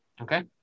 Okay